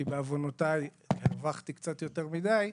כי בעוונותיי הרווחתי קצת יותר מדי,